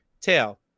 tail